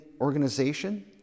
organization